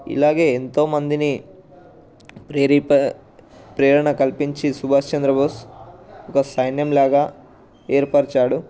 ఇలాగే ఎంతో మందిని ప్రేరేప ప్రేరణ కల్పించి సుభాష్ చంద్రబోస్ ఒక సైన్యంలాగా ఏర్పరచాడు